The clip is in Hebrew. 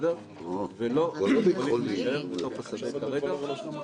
ולא יכולים להישאר בתוך השדה כרגע.